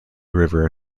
river